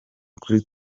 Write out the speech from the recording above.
kuri